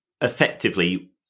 effectively